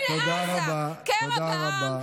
לזימי, בבקשה לסיים.